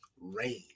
rain